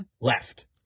left